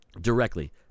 Directly